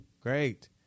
Great